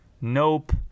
Nope